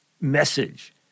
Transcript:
message